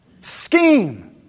Scheme